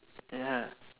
ya